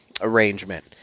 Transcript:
arrangement